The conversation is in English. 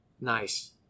nice